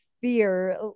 fear